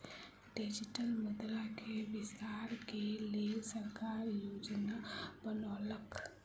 digital मुद्रा के विस्तार के लेल सरकार योजना बनौलक